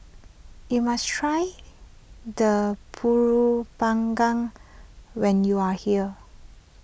you must try the Pulut Panggang when you are here